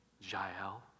Jael